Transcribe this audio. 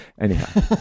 Anyhow